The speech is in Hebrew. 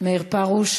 מאיר פרוש.